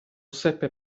seppe